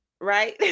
right